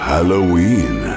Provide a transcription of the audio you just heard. Halloween